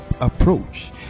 approach